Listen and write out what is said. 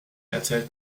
erzählt